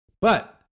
But-